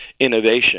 innovation